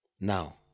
Now